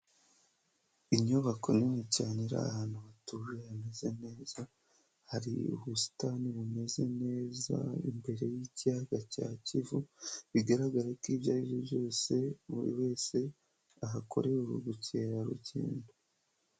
Inyubako nini cyane iri ahantu hatuje hameze neza, hari ubusitani bumeze neza imbere y'ikiyaga cya Kivu, bigaragara ko ibyo ari byo byose buri wese ahakore ubukerarugendo.